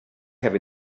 have